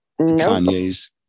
Kanye's